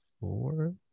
four